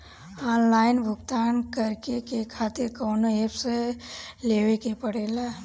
Online भुगतान करके के खातिर कौनो ऐप लेवेके पड़ेला?